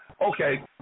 okay